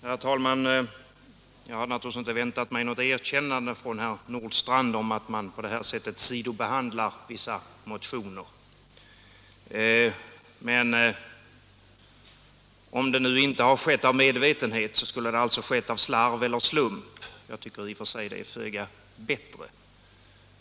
Herr talman! Jag hade naturligtvis inte väntat mig något erkännande från herr Nordstrandh om att man på det här sättet sidobehandlar vissa motioner. Men om det nu inte har skett medvetet skulle det alltså ha skett av slarv eller slump. Jag tycker i och för sig att det är föga bättre.